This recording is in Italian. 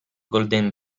golden